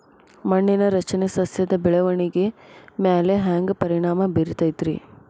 ಮಣ್ಣಿನ ರಚನೆ ಸಸ್ಯದ ಬೆಳವಣಿಗೆ ಮ್ಯಾಲೆ ಹ್ಯಾಂಗ್ ಪರಿಣಾಮ ಬೇರತೈತ್ರಿ?